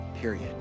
period